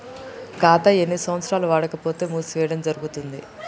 ఖాతా ఎన్ని సంవత్సరాలు వాడకపోతే మూసివేయడం జరుగుతుంది?